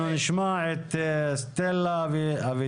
אנחנו נשמע את סלטה ואבידן?